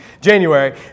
January